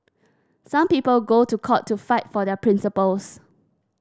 some people go to court to fight for their principles